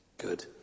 good